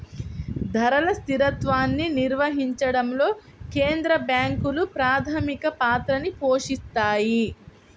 ధరల స్థిరత్వాన్ని నిర్వహించడంలో కేంద్ర బ్యాంకులు ప్రాథమిక పాత్రని పోషిత్తాయి